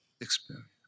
experience